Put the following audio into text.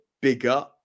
bigger